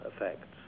effects